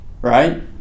right